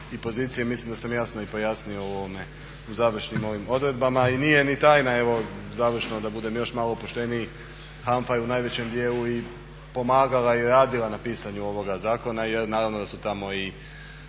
i pozicije mislim da sam jasno i pojasnio u završnim ovim odredbama i nije ni tajna, evo završno da budem još malo opušteniji, HANFA je u najvećem dijelu i pomagala i radila na pisanju ovoga zakona jer naravno da su tamo i